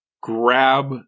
grab